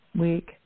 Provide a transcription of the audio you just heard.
week